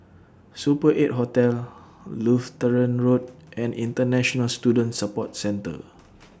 Super eight Hotel Lutheran Road and International Student Support Centre